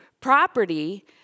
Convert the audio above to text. property